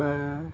ਮੈਂ